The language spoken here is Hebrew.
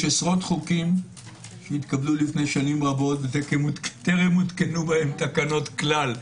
יש עשרות חוקים שהותקנו לפני שנים רבות וטרם הותקנו בהם תקנות כלל.